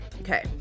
Okay